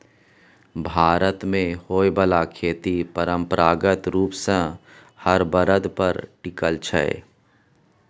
भारत मे होइ बाला खेती परंपरागत रूप सँ हर बरद पर टिकल छै